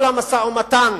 כל המשא-ומתן